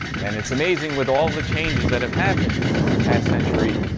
and it's amazing, with all the changes that have happened in the past century,